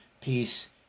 peace